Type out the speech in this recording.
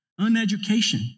uneducation